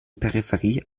peripherie